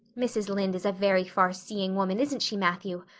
mrs. lynde is a very farseeing woman, isn't she, matthew?